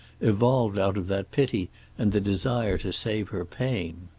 evolved out of that pity and the desire to save her pain.